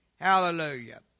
Hallelujah